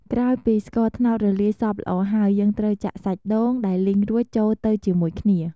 ក្រោយពីស្ករត្នោតរលាយសព្វល្អហើយ យើងត្រូវចាក់សាច់ដូង ដែលលីងរួចចូលទៅជាមួយគ្នា ។